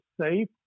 safe